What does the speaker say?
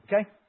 okay